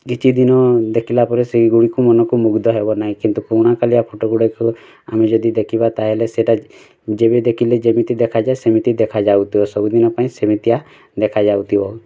କିଛି ଦିନ ଦେଖିଲା ପରେ ସେଗୁଡ଼ିକୁ ମନକୁ ମୁଗ୍ଧ ହେବ ନାହିଁ କିନ୍ତୁ ପୁରୁଣା କାଳିଆ ଫଟୋ ଗୁଡ଼ାକ ଆମେ ଯଦି ଦେଖିବା ତାହାଲେ ସେଇଟା ଯେବେ ଦେଖିଲେ ଯେମିତି ଦେଖା ଯାଏ ସେମିତି ଦେଖା ଯାଉଥିବ ସବୁ ଦିନପାଇଁ ସେମିତିଆ ଦେଖା ଯାଉଥିବ